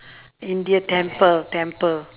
india temple temple